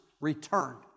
returned